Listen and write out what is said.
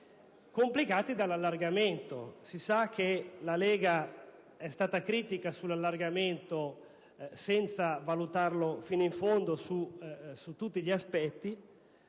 complicati dall'allargamento. Si sa che la Lega è stata critica sull'allargamento, senza valutarlo fino in fondo, su tutti i suoi aspetti,